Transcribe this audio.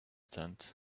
tent